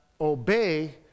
obey